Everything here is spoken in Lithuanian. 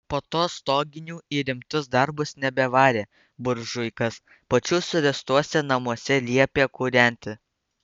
po to stoginių į rimtus darbus nebevarė buržuikas pačių suręstuose namuose liepė kūrenti